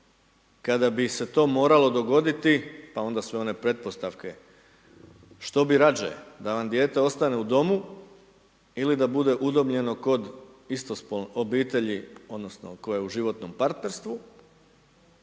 kada bi se to moralo dogoditi, pa onda sve one pretpostavke što bi rađe, da vam dijete ostane u domu ili da bude udomljeno kod obitelji odnosno koja je u životnom partnerstvu.